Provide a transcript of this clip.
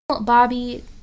Bobby